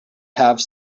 have